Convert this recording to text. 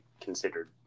considered